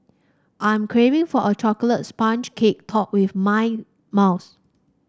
I am craving for a chocolate sponge cake topped with mint mousse